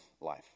life